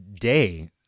day